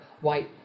white